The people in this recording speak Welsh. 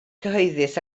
cyhoeddus